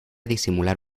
disimular